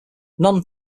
non